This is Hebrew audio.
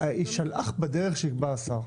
יישלח בדרך שיקבע השר.